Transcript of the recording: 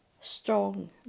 strong